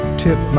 tip